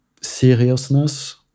seriousness